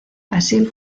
así